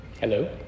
Hello